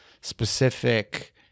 specific